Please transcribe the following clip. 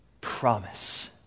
promise